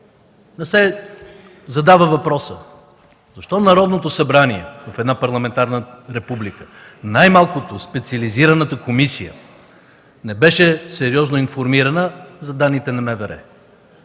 не се задава въпросът: Защо Народното събрание в една парламентарна република, най-малкото специализираната комисия не беше сериозно информирана за данните на